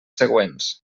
següents